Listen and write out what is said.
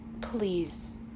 Please